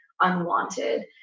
unwanted